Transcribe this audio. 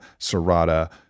Serrata